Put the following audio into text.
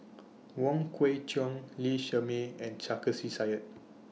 Wong Kwei Cheong Lee Shermay and Sarkasi Said